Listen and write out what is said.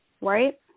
right